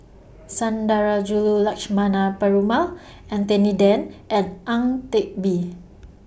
Sundarajulu Lakshmana Perumal Anthony Then and Ang Teck Bee